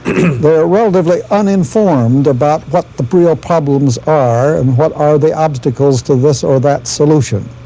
they are relatively uninformed about what the real problems are and what are the obstacles to this or that solution.